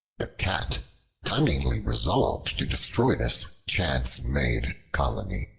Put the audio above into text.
the cat cunningly resolved to destroy this chance-made colony.